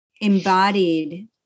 embodied